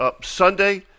Sunday